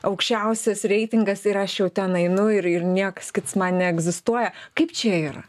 aukščiausias reitingas ir aš jau ten einu ir ir nieks kits man neegzistuoja kaip čia yra